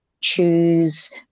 choose